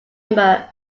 number